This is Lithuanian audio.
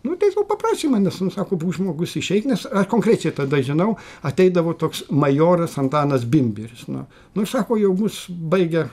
nu teip va paprašė manęs nu sako žmogus išeik nes konkrečiai tada žinau ateidavo toks majoras antanas bimbiris nu nu ir sako jau bus baigia